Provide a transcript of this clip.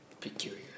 peculiar